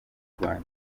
rwanda